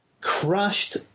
crashed